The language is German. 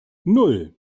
nan